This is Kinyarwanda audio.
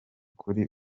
kuri